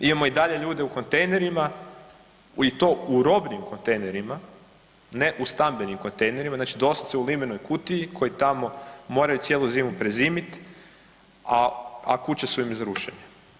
Imamo i dalje ljude u kontejnerima i to u robnim kontejnerima, ne u stambenim kontejnerima, znači doslovce u limenoj kutiji koji tamo moraju cijelu zimu prezimit, a kuće su im za rušenje.